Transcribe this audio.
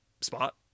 spot